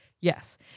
Yes